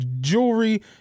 jewelry